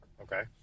Okay